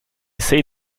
say